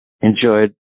enjoyed